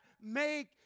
make